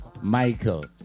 Michael